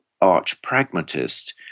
arch-pragmatist